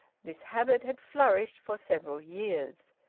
this habit had flourished for several years.